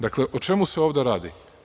Dakle, o čemu se ovde radi?